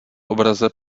obraze